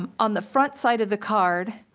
um on the front side of the card.